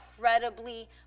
Incredibly